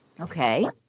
Okay